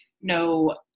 no